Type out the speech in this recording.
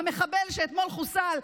המחבל שאתמול חוסל,